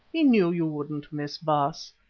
he knew you wouldn't miss, baas,